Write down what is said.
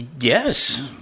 yes